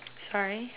sorry